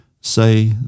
say